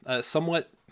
somewhat